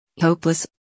Hopeless